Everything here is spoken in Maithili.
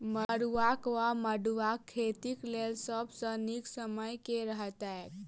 मरुआक वा मड़ुआ खेतीक लेल सब सऽ नीक समय केँ रहतैक?